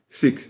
six